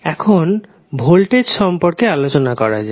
এখন ভোল্টেজ সম্পর্কে আলোচনা করা যাক